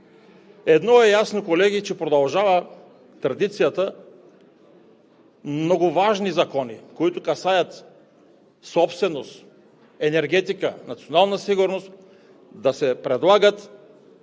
Едно е ясно, колеги, че продължава традицията много важни закони, които касаят собственост, енергетика, национална сигурност, да се предлагат